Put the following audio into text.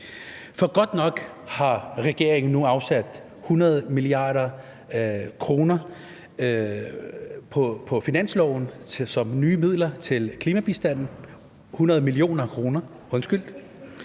for godt nok har regeringen nu afsat 100 mia. kr. på finansloven som nye midler til klimabistanden – 100 mio. kr.,